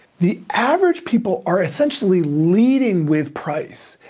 the average people are essentially leading with price,